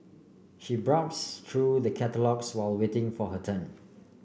she browse through the catalogues while waiting for her turn